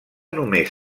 només